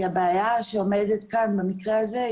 הבעיה שעומדת כאן במקרה הזה,